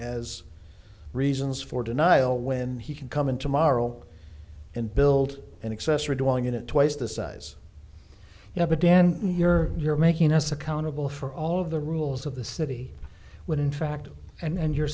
as reasons for denial when he can come in tomorrow and build an accessor doing it twice the size you have a dan you're you're making us accountable for all of the rules of the city when in fact and you're